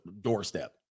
doorstep